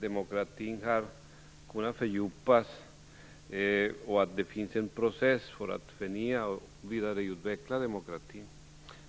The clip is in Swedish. Demokratin har kunnat fördjupas, och det finns en process för att förnya och vidareutveckla demokratin.